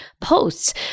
posts